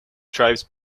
tribes